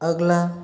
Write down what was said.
अगला